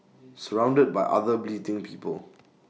surrounded by other bleating people